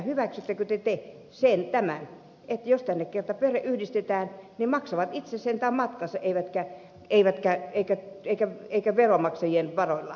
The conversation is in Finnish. hyväksyttekö te tämän että jos tänne kerran perhe yhdistetään niin he maksavat itse sentään matkansa eivätkä he eivät käy eivät tiedä tule veronmaksajien varoilla